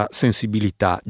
sensibilità